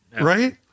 Right